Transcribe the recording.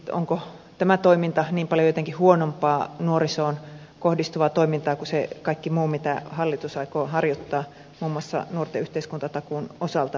onko tämä toiminta niin paljon jotenkin huonompaa nuorisoon kohdistuvaa toimintaa kuin se kaikki muu mitä hallitus aikoo harjoittaa muun muassa nuorten yhteiskuntatakuun osalta